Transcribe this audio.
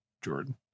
jordan